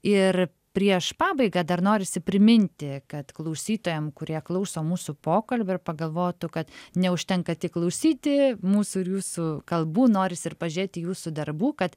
ir prieš pabaigą dar norisi priminti kad klausytojam kurie klauso mūsų pokalbio ir pagalvotų kad neužtenka tik klausyti mūsų ir jūsų kalbų norisi ir pažiūrėti jūsų darbų kad